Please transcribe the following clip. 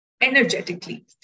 energetically